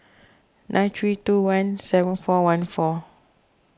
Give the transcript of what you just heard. nine three two one seven four one four